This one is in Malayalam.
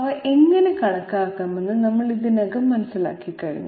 അവ എങ്ങനെ കണക്കാക്കാമെന്ന് നമ്മൾ ഇതിനകം മനസ്സിലാക്കി